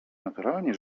naturalnie